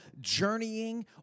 journeying